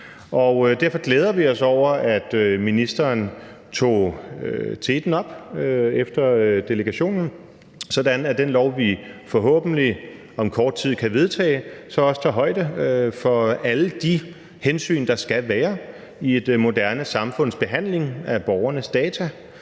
Derfor glæder vi os over, at ministeren tog teten efter delegationen, sådan at det lovforslag, vi forhåbentlig om kort tid kan vedtage, bliver en lov, der også tager højde for alle de hensyn, der skal være i et moderne samfunds behandling af borgernes data,